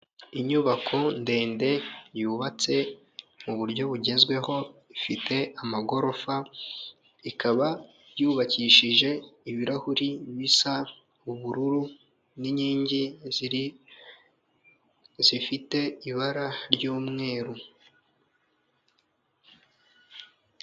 Inyubako ndende yubatse mu buryo bugezweho ifite amagorofa, ikaba yubakishije ibirahuri bisa ubururu n'inkingi ziri zifite ibara ry'umweru.